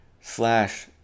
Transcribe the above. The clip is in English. slash